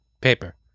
Paper